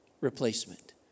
replacement